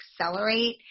accelerate